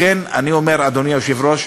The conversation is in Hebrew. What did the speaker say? לכן אני אומר, אדוני היושב-ראש,